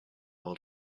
all